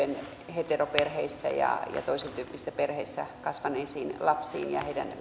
heteroperheissä ja toisentyyppisissä perheissä kasvaneisiin lapsiin ja ja